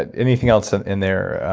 like anything else and in there,